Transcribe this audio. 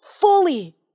fully